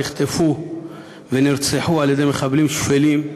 נחטפו ונרצחו על-ידי מחבלים שפלים,